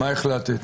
מה החלטת?